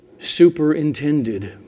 superintended